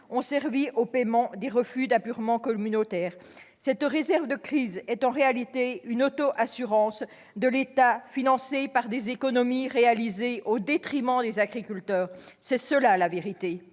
ont servi au paiement des refus d'apurement communautaire. Cette réserve de crise est en réalité une auto-assurance de l'État financée par des économies réalisées au détriment des agriculteurs. Voilà la vérité